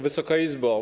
Wysoka Izbo!